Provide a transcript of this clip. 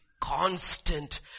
constant